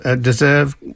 deserve